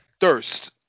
thirst